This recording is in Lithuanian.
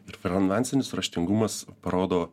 ir finansinis raštingumas parodo